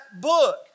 book